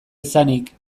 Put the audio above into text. izanik